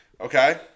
Okay